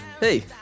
Hey